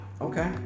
okay